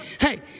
hey